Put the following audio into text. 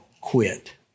quit